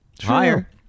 higher